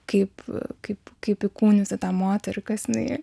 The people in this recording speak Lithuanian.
kaip kaip kaip įkūnyti tą moterį kas jinai